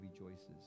rejoices